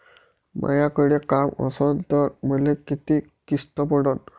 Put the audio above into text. मायाकडे काम असन तर मले किती किस्त पडन?